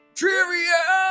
trivia